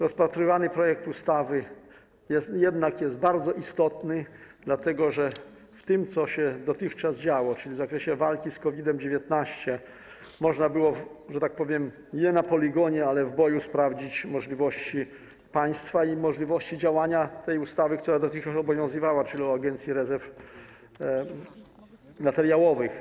Rozpatrywany projekt ustawy jest jednak bardzo istotny, dlatego że w tym, co się dotychczas działo, czyli w zakresie walki z COVID-19, można było nie na poligonie, ale w boju sprawdzić możliwości państwa i możliwości działania tej ustawy, która dotychczas obowiązywała, czyli o Agencji Rezerw Materiałowych.